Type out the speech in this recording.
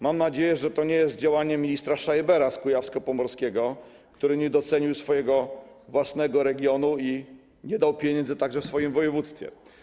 Mam nadzieję, że to nie jest działanie ministra Schreibera z Kujawsko-Pomorskiego, który nie docenił swojego własnego regionu i nie dał pieniędzy także w swoim województwie.